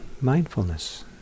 Mindfulness